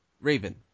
Raven